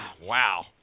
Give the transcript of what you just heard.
Wow